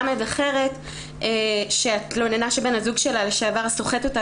ל' אחרת שהתלוננה שבן הזוג שלה לשעבר סוחט אותה